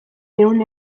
ehun